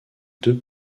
deux